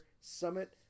summit